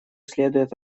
следует